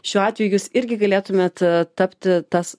šiuo atveju jūs irgi galėtumėt tapti tas